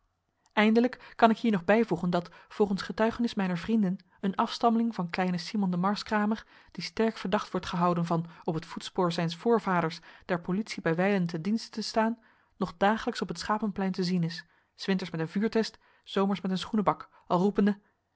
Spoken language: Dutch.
eindelijk kan ik hier nog bijvoegen dat volgens getuigenis mijner vrienden een afstammeling van kleinen simon den marskramer die sterk verdacht wordt gehouden van op het voetspoor zijns voorvaders der politie bijwijlen ten dienste te staan nog dagelijks op het schapenplein te zien is s winters met een vuurtest s zomers met een schoenenbak al roepende